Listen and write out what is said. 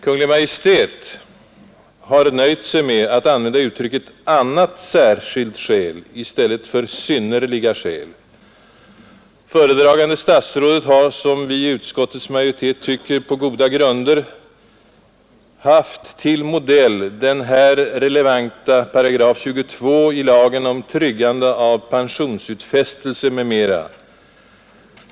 Kungl. Maj:t har nöjt sig med att använda uttrycket ”annat särskilt skäl” i stället för ”eljest synnerliga skäl”. Föredragande statsrådet har, som vi i utskottets majoritet tycker, på goda grunder haft till modell den här relevanta 22 § lagen om tryggande av pensionsutfästelse m.m.